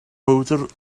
bowdr